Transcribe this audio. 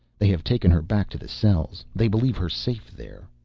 they have taken her back to the cells. they believe her safe there.